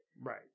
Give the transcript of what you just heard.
Right